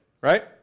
right